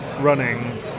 running